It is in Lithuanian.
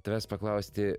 tavęs paklausti